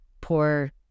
poor